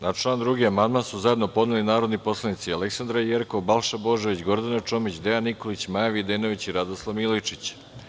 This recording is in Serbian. Na član 2. amandman su zajedno podneli narodni poslanici Aleksandra Jerkov, Balša Božović, Gordana Čomić, Dejan Nikolić, Maja Videnović i Radoslav Milojičić.